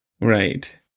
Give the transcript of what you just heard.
Right